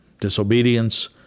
disobedience